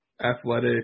Athletic